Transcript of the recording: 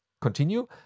Continue